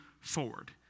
forward